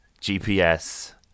GPS